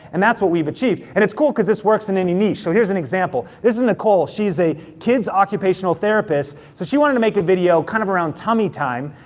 and that's what we've achieved. and it's cool cause this works in any niche. so here's an example, this is nicole, she's a kid's occupational therapist, so she wanted to make a video kind of around tummy time,